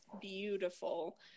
beautiful